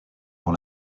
dans